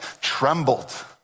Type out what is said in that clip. trembled